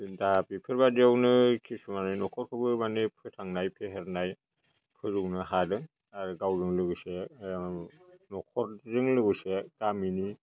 जों दा बेफोर बायदियावनो खिसुमाना नखरखौबो फोथांनाय फेहेरनाय फोजौनो हादों आरो गावजों लोगोसे नखरजों लोगोसे गामिनि